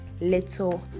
little